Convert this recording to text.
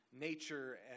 nature